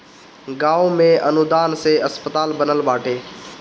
गांव में अनुदान से अस्पताल बनल बाटे